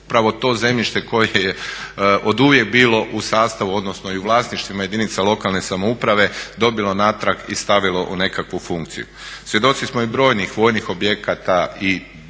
upravo to zemljište koje je oduvijek bilo u sastavu odnosno i u vlasništvima jedinica lokalne samouprave dobilo natrag i stavilo u nekakvu funkciju. Svjedoci smo i brojnih vojnih objekata i